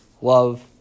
Love